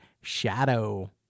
Shadow